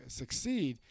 succeed